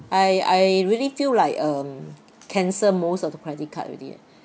I I really feel like um cancel most of the credit card already eh